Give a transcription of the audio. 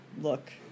look